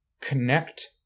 connect